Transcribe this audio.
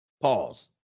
Pause